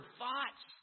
thoughts